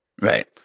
Right